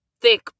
thick